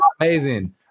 amazing